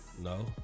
No